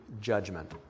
judgment